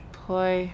play